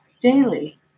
daily